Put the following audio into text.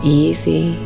easy